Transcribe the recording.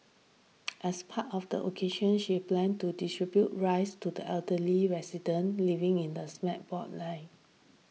as part of the occasion she planned to distribute rice to the elderly residents living in a slab block line